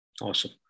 Awesome